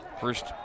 First